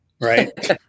right